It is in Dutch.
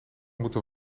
moeten